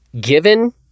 given